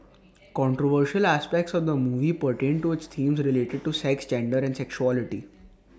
controversial aspects of the movie pertained to its themes related to sex gender and sexuality